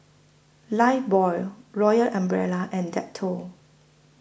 Lifebuoy Royal Umbrella and Dettol